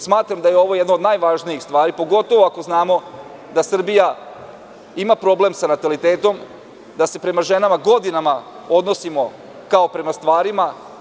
Smatram da je ovo jedna od najvažnijih stvari, pogotovo ako znamo da Srbija ima problem sa natalitetom, da se prema ženama godinama odnosimo kao prema stvarima.